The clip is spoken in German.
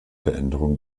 veränderung